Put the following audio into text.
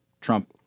Trump